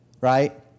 right